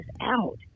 out